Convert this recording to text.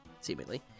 Seemingly